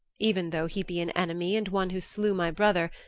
even though he be an enemy and one who slew my brother,